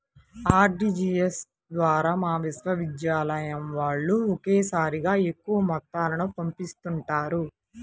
RTGS ద్వారా మా విశ్వవిద్యాలయం వాళ్ళు ఒకేసారిగా ఎక్కువ మొత్తాలను పంపిస్తుంటారు